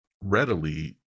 readily